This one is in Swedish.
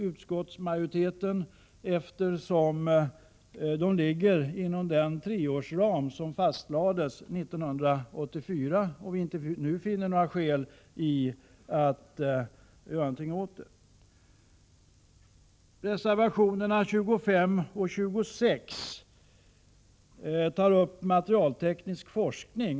Utskottsmajoriteten avstyrker, eftersom anslagen ligger inom ramen för den treårsram som fastslogs 1984. Det finns, enligt utskottsmajoriteten, inte några skäl att nu göra någonting åt saken. I reservationerna 25 och 26 tas det upp materialteknisk forskning.